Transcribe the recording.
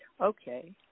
Okay